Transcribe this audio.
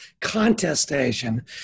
contestation